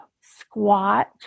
squat